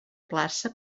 plaça